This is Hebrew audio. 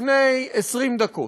לפני 20 דקות: